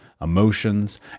emotions